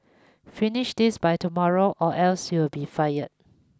finish this by tomorrow or else you'll be fired